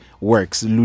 Works